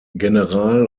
general